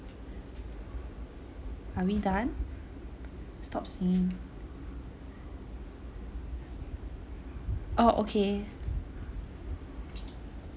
are we done stop singing oh okay